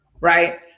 right